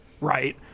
right